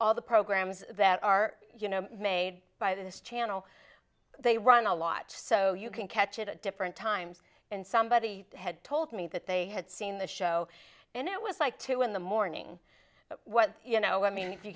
all the programs that are you know made by this channel they run a lot so you can catch it at different times and somebody had told me that they had seen the show and it was like two in the morning but what you know i mean if you